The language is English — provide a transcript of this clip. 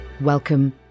Welcome